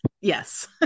Yes